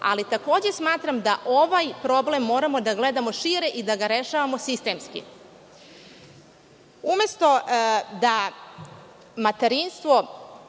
ali takođe smatram da ovaj problem moramo da gledamo šire i da ga rešavamo sistemski. Umesto da materinstvo